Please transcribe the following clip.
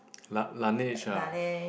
la~ Laneige ah